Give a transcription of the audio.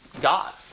God